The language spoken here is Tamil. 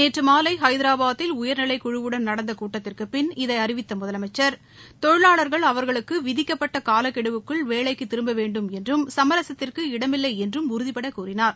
நேற்று மாலை ஹைதராபாத்தில் உயர்நிலைக்குழுவுடன் நடந்த கூட்டத்திற்கு பின் இதை அறிவித்த முதலமைச்சா் தொழிவாளா்கள் அவா்களுக்கு விதிக்கப்பட்ட காலகெடுவுக்குள் வேலைக்கு திரும்ப வேண்டும் என்றும் சமரசத்திற்கு இடமில்லை என்றும் உறுதிபடக் கூறினார்